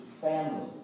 family